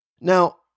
Now